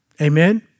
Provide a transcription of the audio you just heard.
Amen